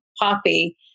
Poppy